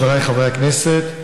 חבריי חברי הכנסת,